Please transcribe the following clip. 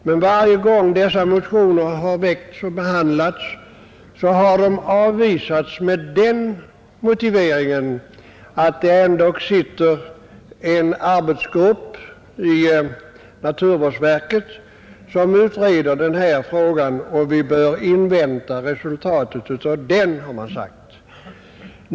Men varje gång sådana motioner har väckts och behandlats har de avvisats med den motiveringen, att det är en arbetsgrupp i naturvårdsverket som utreder frågan, och vi bör invänta resultatet av den utredningen, har man sagt.